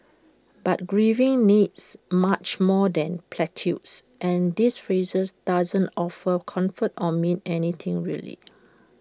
but grieving needs much more than platitudes and these phrases don't offer comfort or mean anything really